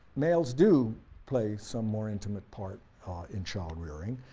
males do play some more intimate part in child rearing.